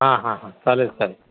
हां हां हां चालेल चालेल